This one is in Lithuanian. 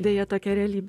deja tokia realybė